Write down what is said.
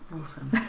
Awesome